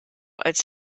als